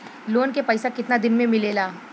Loan के पैसा कितना दिन मे मिलेला?